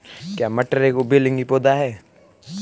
क्या मटर एक उभयलिंगी पौधा है?